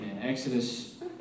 Exodus